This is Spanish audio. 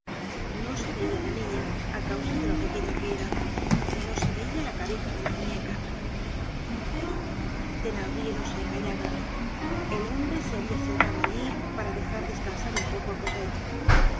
no se veia la niña á causa de lo pequeña que era pero se veia la cabeza de la muñeca thenardier no se engañaba el hombre se había sentado allí para dejar descansar un poco á